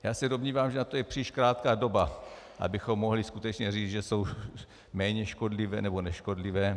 Já se domnívám, že na to je příliš krátká doba, abychom mohli skutečně říct, že jsou méně škodlivé nebo neškodlivé.